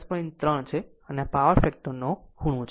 3 છે આમ આ પાવર ફેક્ટર ખૂણો છે